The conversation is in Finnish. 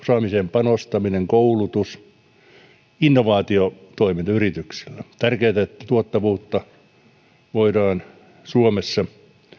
osaamiseen panostaminen koulutus innovaatiotoiminta yrityksille on tärkeätä että tuottavuutta voidaan suomessa